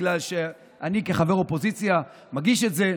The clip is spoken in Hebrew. בגלל שאני כחבר אופוזיציה מגיש את זה.